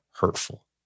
hurtful